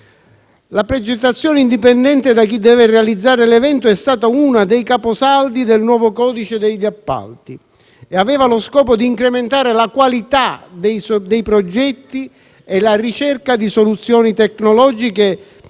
La progettazione indipendente da chi deve realizzare l'evento è stato uno dei capisaldi del nuovo codice degli appalti e aveva lo scopo di incrementare la qualità dei progetti e la ricerca di soluzioni tecnologiche che